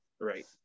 Right